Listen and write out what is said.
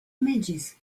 images